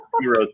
heroes